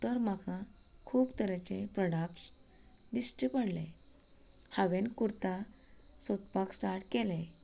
तर म्हाका खूब तरेचे प्रॉडक्ट दिश्टी पडलें हांवेन कुर्ता सोदपाक स्टार्ट केलें